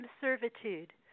servitude